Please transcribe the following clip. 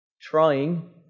trying